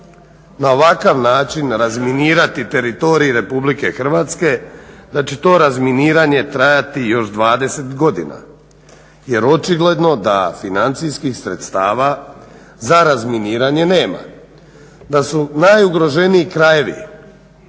na ovakav način razminirati teritorij RH da će to razminiranje trajati još 20 godina jer očigledno da financijskih sredstava za razminiranje nema. Da su najugroženiji krajevi